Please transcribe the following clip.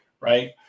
right